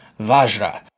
Vajra